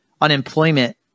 unemployment